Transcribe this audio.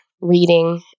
reading